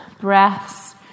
breaths